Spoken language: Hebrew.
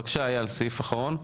בבקשה, אייל, סעיף אחרון.